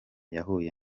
yahuye